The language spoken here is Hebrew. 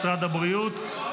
משרד הבריאות,